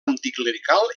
anticlerical